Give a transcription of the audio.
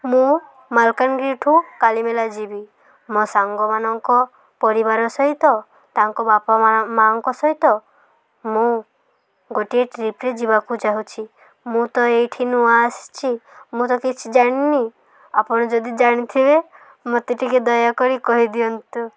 ମୁଁ ମାଲକାନଗିରିଠୁ କାଲିମେଲା ଯିବି ମୋ ସାଙ୍ଗମାନଙ୍କ ପରିବାର ସହିତ ତାଙ୍କ ବାପା ମା' ମା'ଙ୍କ ସହିତ ମୁଁ ଗୋଟିଏ ଟ୍ରିପ୍ରେ ଯିବାକୁ ଚାହୁଁଛି ମୁଁ ତ ଏଇଠି ନୂଆ ଆସିଛିି ମୁଁ ତ କିଛି ଜାଣିନି ଆପଣ ଯଦି ଜାଣିଥିବେ ମୋତେ ଟିକେ ଦୟାକରି କହିଦିଅନ୍ତୁ